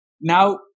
Now